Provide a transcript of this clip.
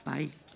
Bye